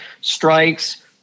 strikes